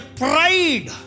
pride